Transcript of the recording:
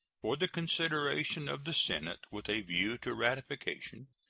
for the consideration of the senate with a view to ratification,